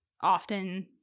often